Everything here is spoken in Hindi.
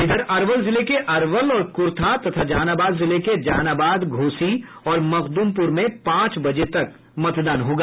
इधर अरवल जिले के अरवल और कुर्था तथा जहानाबाद जिले के जहानाबाद घोसी और मखदुमपुर में पांच बजे तक मतदान होगा